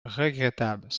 regrettables